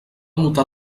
notar